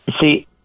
see